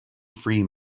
free